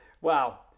Wow